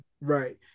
Right